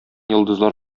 йолдызлар